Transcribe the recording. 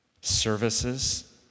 services